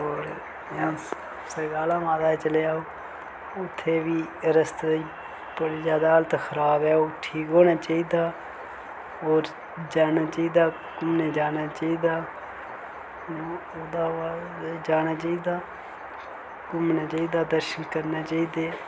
होर इयां सरकाला माता चली जाओ उत्थै बी रस्ते दी बड़ी ज्यादा हालत खराब ऐ ओह् ठीक होना चाहिदा होर जाना चाहिदा घूमने गी जाना चाहिदा ओह्दे बाद जाना चाहिदा घूमना चाहिदा दर्शन करने चाहिदे